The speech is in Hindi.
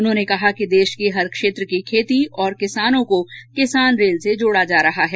उन्होंने कहा कि देश के हर क्षेत्र की खेती और किसानों को किसान रेल से जोड़ा जा रहा है